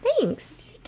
Thanks